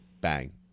Bang